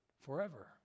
forever